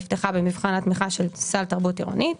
שנפתחה במבחן התמיכה של סל תרבות עירונית,